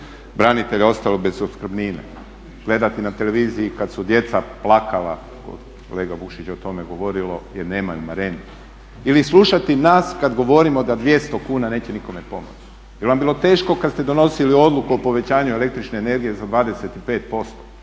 branitelja ostalo bez opskrbnine, gledati na televiziji kada su djeca plakala, kolega Vukšić je o tome govorio, jer nemaju marendu? Ili slušati nas kada govorimo da 200 kuna neće nikome pomoći? Je li vam bilo teško kada ste donosili odluku o povećanju električne energije za 25%,